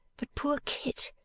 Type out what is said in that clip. but poor kit.